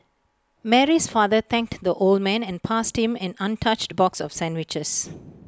Mary's father thanked the old man and passed him an untouched box of sandwiches